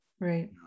Right